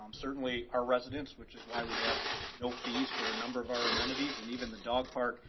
um certainly our residents, which is why we have no fees for a number of our amenities and even the dog park,